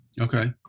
Okay